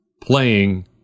playing